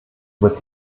wird